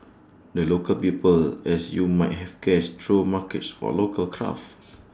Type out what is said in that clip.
the local people as you might have guessed throw markets for local crafts